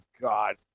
God